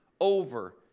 over